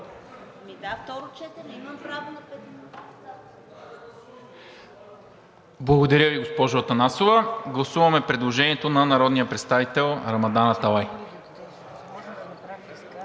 Благодаря Ви, госпожо Атанасова. Гласуваме предложението на народния представител Рамадан Аталай.